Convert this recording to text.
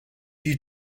you